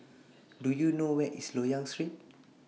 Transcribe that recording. Do YOU know Where IS Loyang Street